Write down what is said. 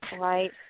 Right